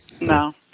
No